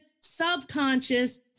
subconscious